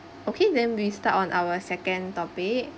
okay then we start on our second topic